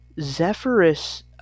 zephyrus